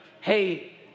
hey